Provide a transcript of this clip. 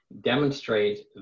demonstrate